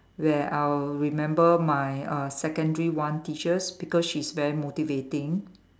where I'll remember my uh secondary one teachers because she's very motivating